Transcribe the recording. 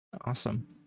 Awesome